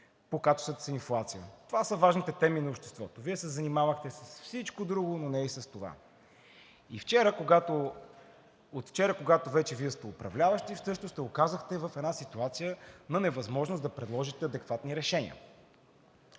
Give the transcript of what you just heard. покачващата се инфлация. Това са важните теми на обществото. Вие се занимавахте с всичко друго, но не и с това. От вчера, когато вече Вие сте управляващи, всъщност се оказахте в една ситуация на невъзможност да предложите адекватни решения.